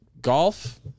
golf